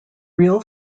real